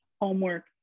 homework